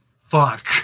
Fuck